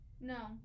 No